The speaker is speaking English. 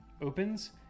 opens